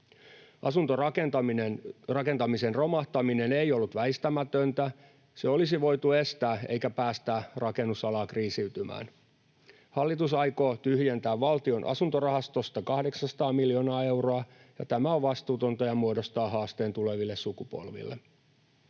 Asuntorakentamisen romahtaminen ei ollut väistämätöntä, se olisi voitu estää eikä päästää rakennusalaa kriisiytymään. Hallitus aikoo tyhjentää Valtion asuntorahastosta 800 miljoonaa euroa, ja tämä on vastuutonta ja muodostaa haasteen tuleville sukupolville.